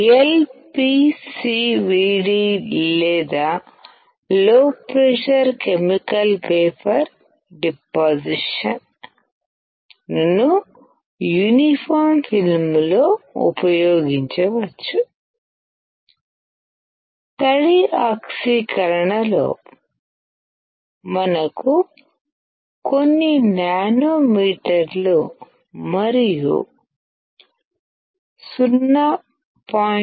L PCVD LPCVD లేదా low pressure chemical vapour deposition ను uniform film లో ఉపయోగించవచ్చు తడి ఆక్సీకరణలో మనకు కొన్ని నానోమీటర్లు మరియు 0